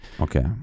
Okay